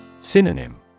Synonym